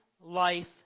life